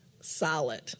solid